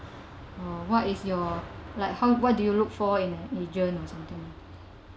or is your like how what do you look for in an agent or